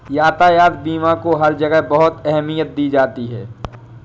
यातायात बीमा को हर जगह बहुत अहमियत दी जाती है